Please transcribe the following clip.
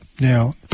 Now